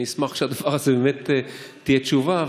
אני אשמח שלדבר הזה באמת תהיה תשובה.